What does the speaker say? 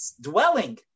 dwelling